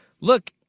look